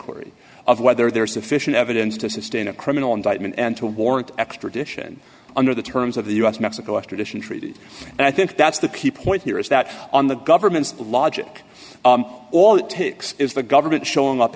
ry of whether there is sufficient evidence to sustain a criminal indictment and to warrant extradition under the terms of the u s mexico extradition treaty i think that's the key point here is that on the government's logic all it takes is the government showing up